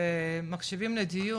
ומקשיבים לדיון,